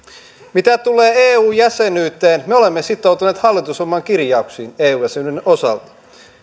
mitä tulee eu jäsenyyteen me olemme sitoutuneet hallitusohjelman kirjauksiin eu jäsenyyden osalta